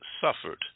suffered